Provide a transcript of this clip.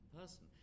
person